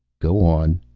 go on.